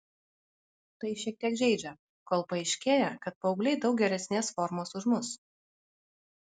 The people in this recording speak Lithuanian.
tai šiek tiek žeidžia kol paaiškėja kad paaugliai daug geresnės formos už mus